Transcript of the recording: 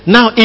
Now